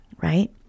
right